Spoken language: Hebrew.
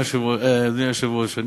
אדוני היושב-ראש,